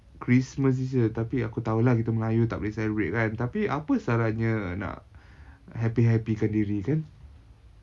christmas this year tapi aku tahu lah kita melayu tak boleh celebrate kan tapi apa salahnya nak happy happykan diri kan